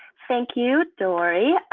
thank you, dorie.